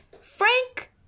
frank